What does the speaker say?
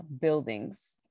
buildings